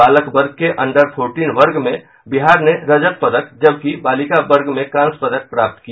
बालक वर्ग के अंडर फोर्टीन वर्ग में बिहार ने रजत पदक जबकि बालिका वर्ग में कांस्य पदक प्राप्त किया